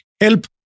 help